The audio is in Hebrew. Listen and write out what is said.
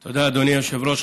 תודה, אדוני היושב-ראש.